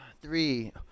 three